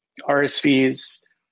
RSV's